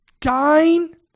dying